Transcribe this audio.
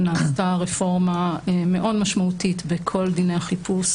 נעשתה רפורמה מאוד משמעותית בכל דיני החיפוש